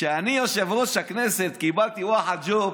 כשאני יושב-ראש הכנסת, קיבלתי ואחד ג'וב,